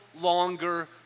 longer